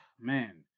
Man